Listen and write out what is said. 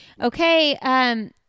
Okay